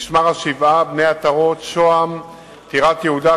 משמר-השבעה, בני-עטרות, שוהם, טירת-יהודה,